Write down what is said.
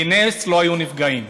בנס לא היו נפגעים,